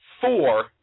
four